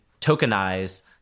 tokenize